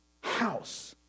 house